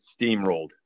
steamrolled